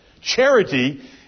Charity